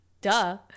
duh